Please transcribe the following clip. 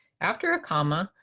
after a comma,